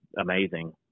Amazing